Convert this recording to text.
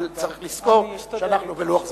אבל צריך לזכור שאנחנו בלוח זמנים.